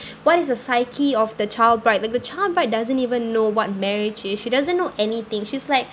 what is the psyche of the child bride like the child bride doesn't even know what marriage is she doesn't know anything she's like